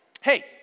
Hey